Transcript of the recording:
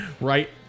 ...right